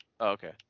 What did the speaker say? okay